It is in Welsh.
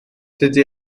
dydy